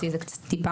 אותי זה מעט מפליא.